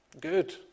Good